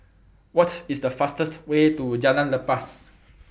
What IS The fastest Way to Jalan Lepas